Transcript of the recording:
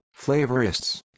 flavorists